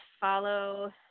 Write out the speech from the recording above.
follow